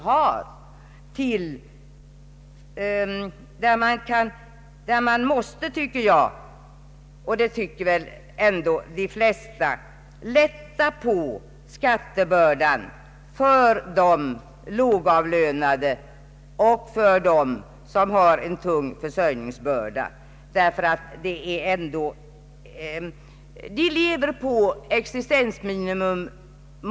Jag anser, liksom väl de flesta gör, att skattebördan måste lättas för de lågavlönade och för dem som har en tung försörjningsbörda. Många av dem lever på existensminimum.